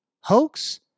Hoax